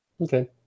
Okay